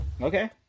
okay